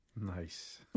Nice